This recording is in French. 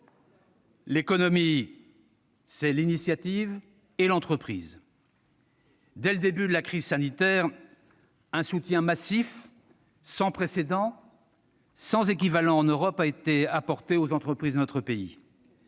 L'économie, c'est l'initiative et l'entreprise. « Dès le début de la crise sanitaire, un soutien massif, sans précédent et sans équivalent en Europe, a été apporté aux entreprises de notre pays,